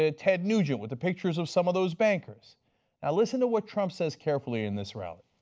ah ted nugent with pictures of some of those bankers listen to what trump says carefully in this rally.